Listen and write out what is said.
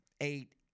eight